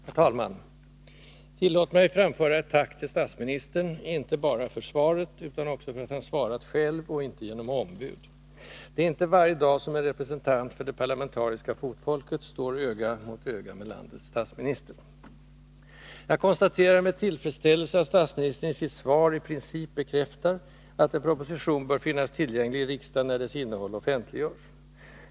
Herr talman! Tillåt mig framföra ett tack till statsministern, inte bara för svaret utan också för att han svarat själv och inte genom ombud. Det är inte varje dag som en representant för det parlamentariska fotfolket står öga mot öga med landets statsminister. Jag konstaterar med tillfredsställelse att statsministern i sitt svar i princip bekräftar att en proposition bör finnas tillgänglig i riksdagen när dess innehåll offentliggörs.